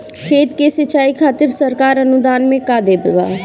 खेत के सिचाई खातिर सरकार अनुदान में का देत बा?